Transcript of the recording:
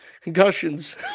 Concussions